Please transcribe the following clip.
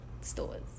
stores